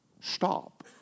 stop